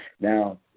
Now